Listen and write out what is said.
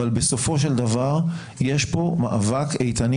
אבל בסופו של דבר יש פה מאבק איתנים